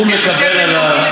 שהוא יהודי,